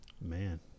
man